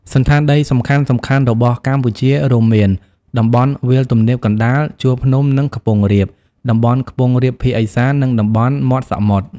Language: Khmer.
សណ្ឋានដីសំខាន់ៗរបស់កម្ពុជារួមមាន តំបន់វាលទំនាបកណ្តាល ជួរភ្នំ និងខ្ពង់រាប តំបន់ខ្ពង់រាបភាគឦសាន និងតំបន់មាត់សមុទ្រ។